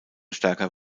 stärker